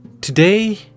Today